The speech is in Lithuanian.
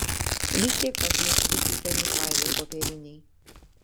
vis tiek pas mus visi seni failai popieriniai